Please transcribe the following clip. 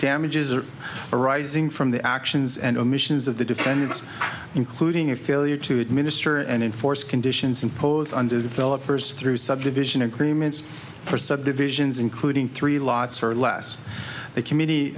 damages are arising from the actions and omissions of the defendants including a failure to administer and enforce conditions imposed under developers through subdivision agreements for subdivisions including three lots or less the comm